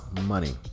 money